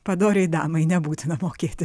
padoriai damai nebūtina mokėti